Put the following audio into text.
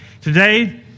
today